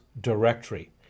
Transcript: directory